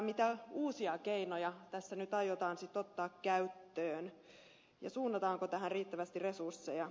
mitä uusia keinoja tässä nyt aiotaan sitten ottaa käyttöön ja suunnataanko tähän riittävästi resursseja